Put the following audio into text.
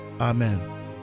amen